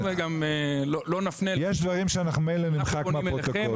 יש דברים שאנחנו ממילא נמחק מהפרוטוקול.